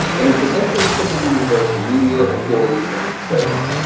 and it's an entrance typically reserved for media employees and the disabled.